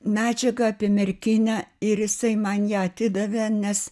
medžiagą apie merkinę ir jisai man ją atidavė nes